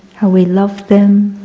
how we love them,